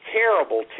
terrible